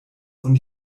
und